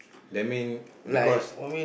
that mean because